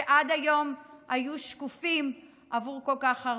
שעד היום היו שקופים עבור כל כך הרבה.